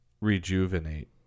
rejuvenate